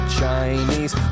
chinese